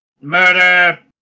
murder